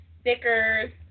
stickers